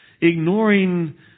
Ignoring